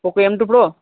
poco M two pro